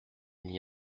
n’y